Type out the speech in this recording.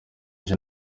ejo